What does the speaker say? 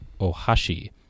Ohashi